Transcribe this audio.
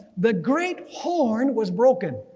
the great horn was broken.